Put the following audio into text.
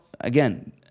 again